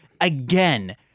Again